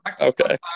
Okay